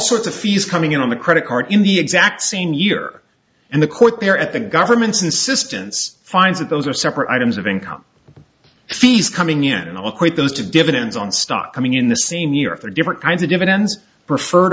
sorts of fees coming in on the credit card in the exact same year and the court there at the government's insistence finds that those are separate items of income and fees coming in all quite those to dividends on stock coming in the same year for different kinds of dividends preferred